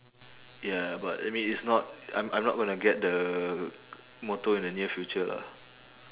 ya ya but I mean it's not I'm I'm not gonna get the motor in the near future lah